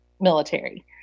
military